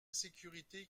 sécurité